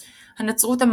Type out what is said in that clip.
הנצרות.